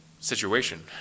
situation